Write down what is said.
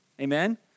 Amen